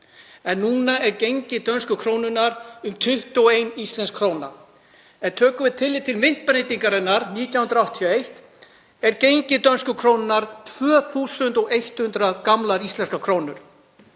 en núna er gengi dönsku krónunnar um 21 íslensk króna. Ef við tökum tillit til myntbreytingarinnar 1981 er gengi dönsku krónunnar 2.100 gamlar íslenskar krónur.